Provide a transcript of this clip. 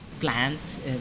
plants